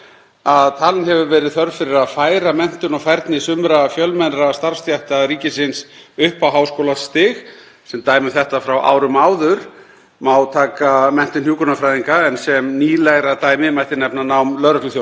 má taka menntun hjúkrunarfræðinga en sem nýlegra dæmi mætti nefna nám lögregluþjóna. Annar þáttur felst í áhrifum af mannfjöldaþróuninni, sem hefur t.d. falið í sér mikla aukningu í umsvifum framhaldsskólakerfisins en ekki síður háskólastigsins.